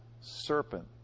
serpent